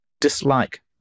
dislike